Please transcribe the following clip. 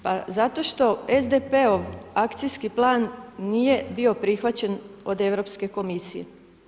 Pa zato što SDP-ov akcijski plan nije bio prihvaćen od Europske komisije.